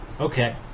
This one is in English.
Okay